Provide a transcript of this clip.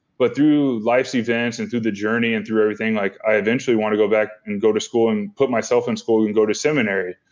but through life's events and through the journey and through everything, like i eventually want to go back and go to school and put myself in school and go to seminary.